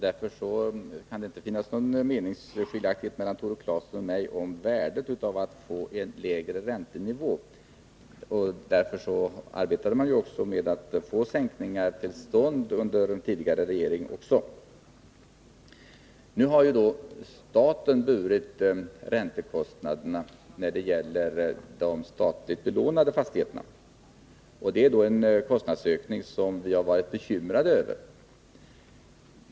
Därför kan det inte finnas någon meningsskiljaktighet mellan Tore Claeson och mig om värdet av att få en lägre räntenivå. Därför arbetade man ju för att få sänkningar till stånd också under den tidigare regeringen. Staten har burit räntekostnaderna när det gäller de statligt belånade fastigheterna. Detta är en kostnadsökning som vi har varit bekymrade över.